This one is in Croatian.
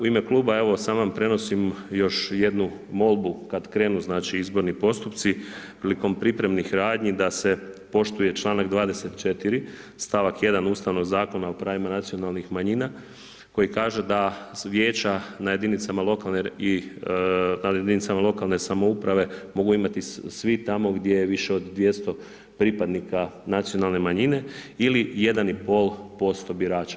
U ime kluba, samo prenosim još jednu molbu, kada krenu izborni postupci, prilikom pripremnih radnji, da se poštuje članak 24. stavak 1 ustavnog Zakona o pravima nacionalnih manjina, koji kaže, da Vijeća na jedinicama lokalne samouprave mogu imati svi tamo gdje više od 200 pripadnika nacionalne manjine ili 1,5% birača.